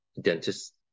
dentist